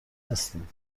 هستیم